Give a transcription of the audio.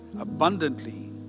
abundantly